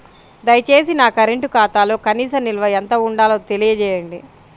దయచేసి నా కరెంటు ఖాతాలో కనీస నిల్వ ఎంత ఉండాలో తెలియజేయండి